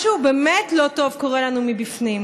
משהו באמת לא טוב קורה לנו מבפנים.